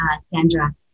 Sandra